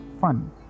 fun